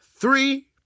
Three